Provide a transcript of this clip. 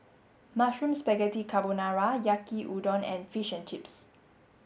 Mushroom Spaghetti Carbonara Yaki Udon and Fish and Chips